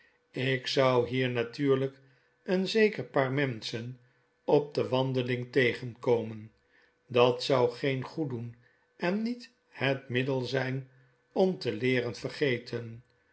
ik zou hier natuurlyk een zeker paar menschen op de wandeling tegenkomen dat zou geen goed doen en niet het middel zijn om te leeren vergeten